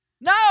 No